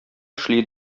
эшли